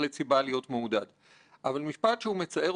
ביחד עם היועצים המקצועיים שלנו,